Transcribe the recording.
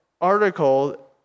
article